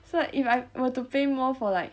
so if I were to pay more for like